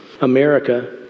America